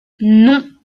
non